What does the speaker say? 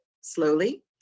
slowly